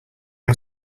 out